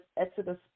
Exodus